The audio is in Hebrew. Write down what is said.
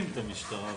משטרת ישראל.